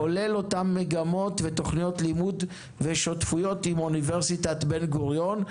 כולל אותן מגמות ותוכניות לימוד ושותפויות עם אוניברסיטת בן גוריון.